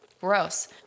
Gross